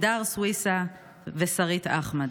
לידר סוויסה ושרית אחמד.